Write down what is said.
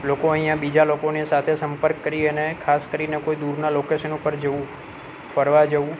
લોકો અહીં બીજા લોકોની સાથે સંપર્ક કરી અને ખાસ કરીને કોઈ દૂરના લોકેશન ઉપર જેવુ ફરવા જવું